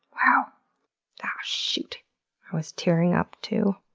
wow. ah shoot, i was tearing up, too.